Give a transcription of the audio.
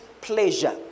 pleasure